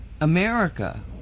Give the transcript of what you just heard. America